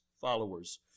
followers